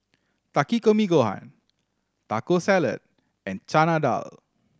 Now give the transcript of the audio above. Takikomi Gohan Taco Salad and Chana Dal